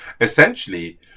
essentially